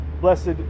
blessed